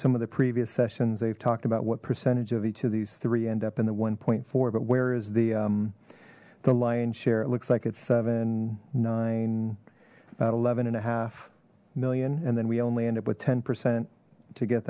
some of the previous sessions they've talked about what percentage of each of these three end up in the one four but where is the the lion's share it looks like it's seven nine about eleven and a half million and then we only end up with ten percent to get